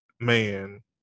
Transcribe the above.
man